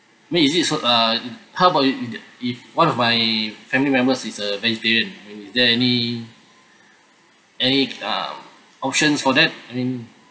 I mean is it so uh how about if if one of my family members is a vegetarian is there any any uh options for that I mean